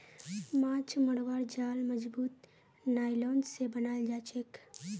माछ मरवार जाल मजबूत नायलॉन स बनाल जाछेक